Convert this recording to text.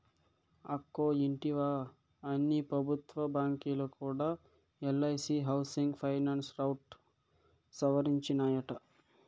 అక్కో ఇంటివా, అన్ని పెబుత్వ బాంకీలు కూడా ఎల్ఐసీ హౌసింగ్ ఫైనాన్స్ రౌట్ సవరించినాయట